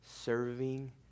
Serving